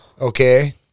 Okay